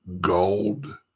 gold